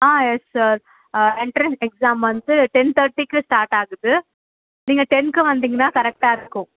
ஆ yes sir ah entrance exam வந்து ten தர்ட்டிக்கு start ஆகுது நீங்கள் டென்க்கு வந்தீங்ன்னால் கரெக்ட்டாக இருக்கும்